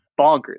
bonkers